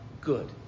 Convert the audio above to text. good